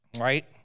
right